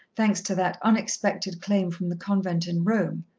thanks to that unexpected claim from the convent in rome,